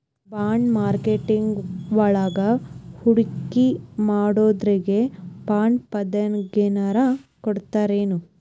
Bond marketing ವಳಗ ಹೂಡ್ಕಿಮಾಡ್ದೊರಿಗೆ ಬಾಂಡ್ರೂಪ್ದಾಗೆನರ ಕೊಡ್ತರೆನು?